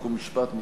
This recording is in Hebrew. חוק ומשפט,